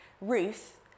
Ruth